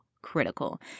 critical